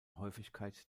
häufigkeit